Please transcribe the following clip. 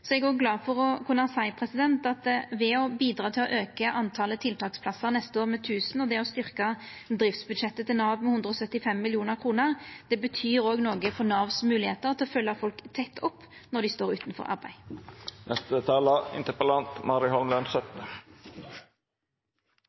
Eg er òg glad for å kunna seia at å bidra til å auka talet på tiltaksplassar neste år med 1 000 og å styrkja driftsbudsjettet til Nav med 175 mill. kr betyr noko for Navs moglegheiter til å følgja folk tett opp når dei står utanfor